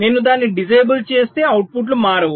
నేను దాన్ని డిసేబుల్ చేస్తే అవుట్పుట్లు మారవు